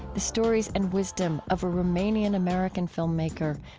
the stories and wisdom of a romanian-american filmmaker,